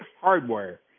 hardware